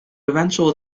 eventual